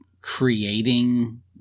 creating